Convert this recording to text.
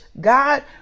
God